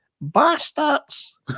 bastards